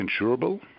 insurable